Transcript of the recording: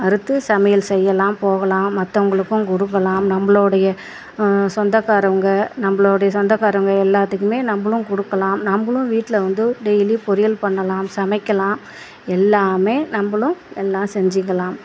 அறுத்து சமையல் செய்யலாம் போகலாம் மற்றவங்களுக்கு கொடுக்கலாம் நம்பளுடைய சொந்தக்காரவங்க நம்பளுடைய சொந்தக்காரவங்க எல்லாத்துக்குமே நம்பளும் கொடுக்கலாம் நம்பளும் வீட்டில் வந்து டெய்லி பொரியல் பண்ணலாம் சமைக்கலாம் எல்லாமே நம்பளும் எல்லாம் செஞ்சுக்கலாம்